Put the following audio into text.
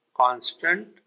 constant